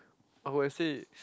I would have said it